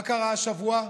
מה קרה השבוע?